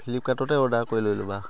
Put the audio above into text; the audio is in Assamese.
ফ্লিপকাৰ্টতে অৰ্ডাৰ কৰি লৈ ল'বা